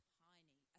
tiny